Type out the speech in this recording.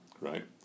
Right